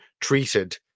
treated